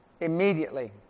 Immediately